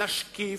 נשקיף,